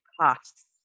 costs